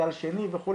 גל שני וכו',